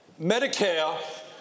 Medicare